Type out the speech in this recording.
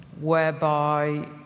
whereby